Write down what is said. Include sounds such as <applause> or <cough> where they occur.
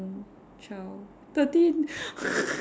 twelve thirteen <laughs>